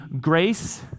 grace